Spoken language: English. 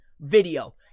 video